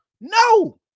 No